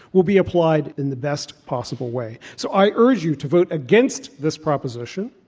will be applied in the best possible way. so, i urge you to vote against this proposition,